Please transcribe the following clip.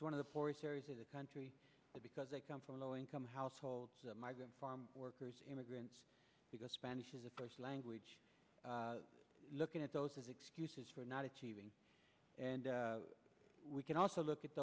are one of the poorest areas in the country because they come from low income households migrant farm workers immigrants because spanish is the first language looking at those as excuses for not achieving and we can also look at